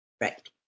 Right